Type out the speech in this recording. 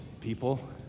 people